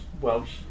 Welsh